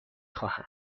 خواهم